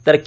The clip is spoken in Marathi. तर के